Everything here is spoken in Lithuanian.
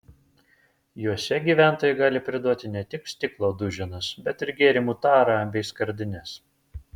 juose gyventojai gali priduoti ne tik stiklo duženas bet ir gėrimų tarą bei skardines